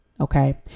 okay